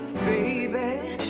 Baby